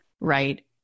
right